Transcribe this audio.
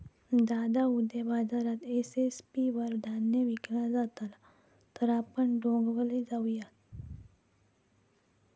दादा उद्या बाजारात एम.एस.पी वर धान्य विकला जातला तर आपण दोघवले जाऊयात